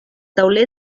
tauler